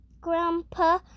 Grandpa